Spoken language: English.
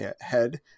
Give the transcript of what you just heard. head